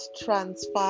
Transfer